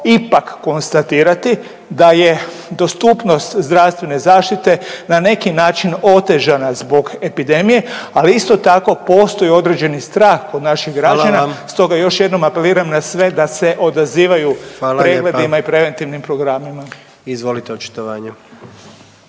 ipak konstatirati da je dostupnost zdravstvene zaštite na neki način otežana zbog epidemije, ali isto tako postoji određeni strah kod naših građana, stoga još jednom apeliram na sve da se odazivaju pregledima i preventivnim programima. **Jandroković,